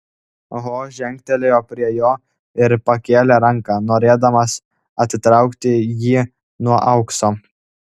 ho žengtelėjo prie jo ir pakėlė ranką norėdamas atitraukti jį nuo aukso